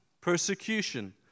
persecution